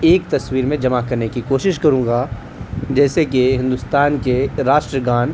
ایک تصویر میں جمع کرنے کی کوشش کروں گا جیسے کہ ہندوستان کے راشٹر گان